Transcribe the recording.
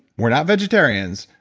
we're not vegetarians,